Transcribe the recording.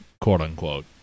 quote-unquote